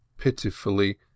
pitifully